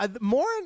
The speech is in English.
more